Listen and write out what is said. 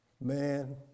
man